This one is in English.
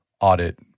audit